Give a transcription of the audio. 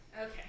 Okay